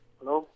Hello